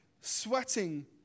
sweating